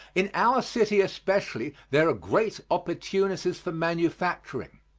in our city especially there are great opportunities for manufacturing,